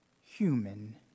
human